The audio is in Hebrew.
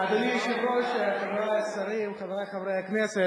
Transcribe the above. אדוני היושב-ראש, חברי השרים, חברי חברי הכנסת,